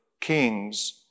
kings